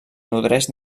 nodreix